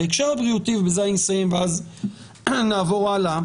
בהקשר הבריאותי, ובזה אני מסיים אז נעבור הלאה